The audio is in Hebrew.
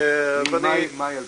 אני מצטרךף